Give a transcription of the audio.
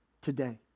today